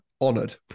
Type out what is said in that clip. honored